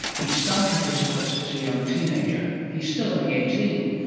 he started his quest as a young teenager, he's still only eighteen,